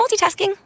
multitasking